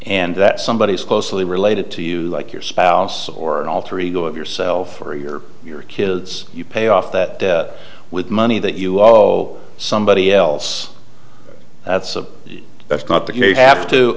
and that somebody is closely related to you like your spouse or an alter ego of yourself or your or your kids you pay off that debt with money that you owe somebody else that's a that's not the case you have to